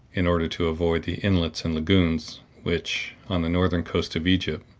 in order to avoid the inlets and lagoons which, on the northern coast of egypt,